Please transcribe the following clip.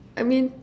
I mean